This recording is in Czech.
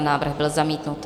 Návrh byl zamítnut.